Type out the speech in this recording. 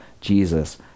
Jesus